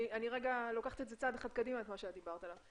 אני רגע לוקחת צעד קדימה את מה שדיברת עליו,